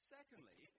Secondly